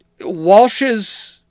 Walsh's